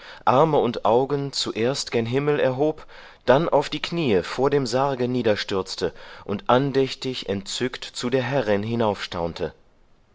arme und augen zuerst gen himmel erhob dann auf die kniee vor dem sarge niederstürzte und andächtig entzückt zu der herrin